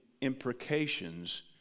imprecations